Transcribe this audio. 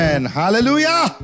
Hallelujah